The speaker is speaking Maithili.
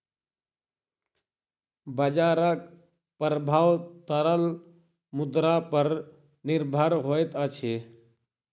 बजारक प्रभाव तरल मुद्रा पर निर्भर होइत अछि